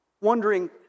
wondering